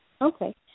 Okay